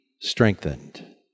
strengthened